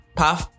puff